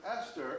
Esther